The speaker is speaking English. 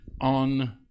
on